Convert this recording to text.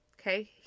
Okay